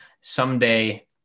someday